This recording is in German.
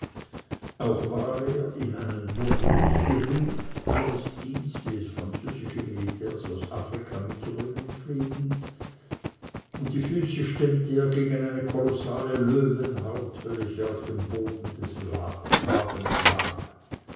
auch war er in einen burnus gefüllt alles dies wie es französische militärs aus afrika mitzubringen pflegen und die füße stemmte er gegen eine kolossale löwenhaut welche auf dem boden des wagens lag